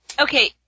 okay